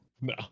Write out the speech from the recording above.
No